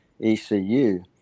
ECU